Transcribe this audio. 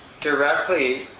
directly